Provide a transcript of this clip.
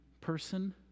person